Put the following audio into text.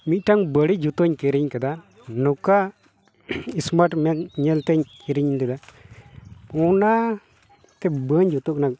ᱢᱤᱫᱴᱟᱝ ᱵᱟᱹᱲᱤᱡ ᱡᱩᱛᱟᱹᱧ ᱠᱤᱨᱤᱧ ᱠᱟᱫᱟ ᱱᱚᱝᱠᱟ ᱮᱥᱢᱟᱨᱴ ᱧᱮᱞᱛᱮᱧ ᱠᱤᱨᱤᱧ ᱞᱮᱫᱟ ᱚᱱᱟᱛᱮ ᱵᱟᱹᱧ ᱡᱩᱛᱩᱜ ᱠᱟᱱᱟ